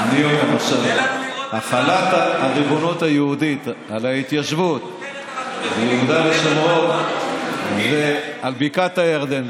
החלת הריבונות היהודית על ההתיישבות ביהודה ושומרון ועל בקעת הירדן.